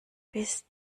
bist